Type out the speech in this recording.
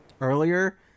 earlier